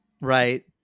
Right